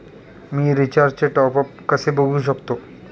मी रिचार्जचे टॉपअप कसे बघू शकतो?